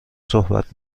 صحبت